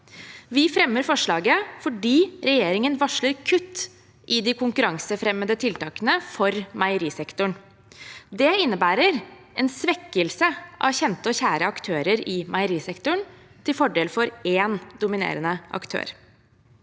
Vi fremmer forslaget fordi regjeringen varsler kutt i de konkurransefremmende tiltakene for meierisektoren. Det innebærer en svekkelse av kjente og kjære aktører i meierisektoren til fordel for én dominerende aktør.